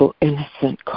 innocent